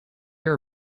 are